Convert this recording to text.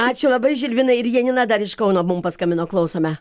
ačiū labai žilvinai ir janina dar iš kauno mum paskambino klausome